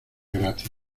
gratis